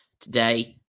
today